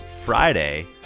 Friday